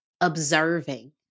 observing